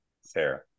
Sarah